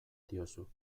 diozu